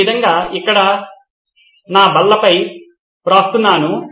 ఈ విధంగా నేను ఇక్కడ నా నల్లబల్లపై వ్రాస్తున్నాను